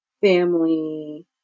family